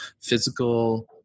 physical